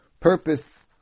Purpose